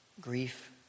grief